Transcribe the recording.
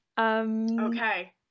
Okay